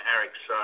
Eric's